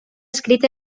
escrit